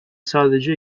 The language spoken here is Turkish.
sadece